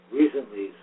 recently